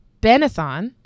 Benathon